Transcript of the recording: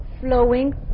flowing